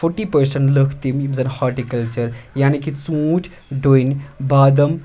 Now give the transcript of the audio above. forty percent لُکھ تِم یِم زَن ہاٹہ کَلچَر یعنی کہ ژوٗنٛٹۍ ڈونۍ بادَم